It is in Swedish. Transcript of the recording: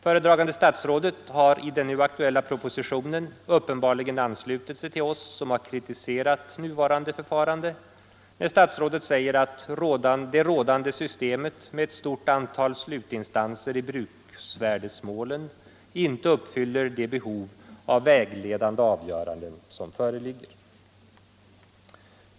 Föredragande statsfådet har i den nu aktuella propositionen uppenbarligen anslutit sig till oss som har kritiserat nuvarande förfarande, när statsrådet säger att rådande system med ett stort antal slutinstanser i bruksvärdesmålen inte uppfyller de behov av vägledande avgöranden som föreligger.